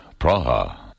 Praha